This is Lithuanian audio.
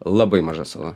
labai maža sala